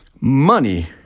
money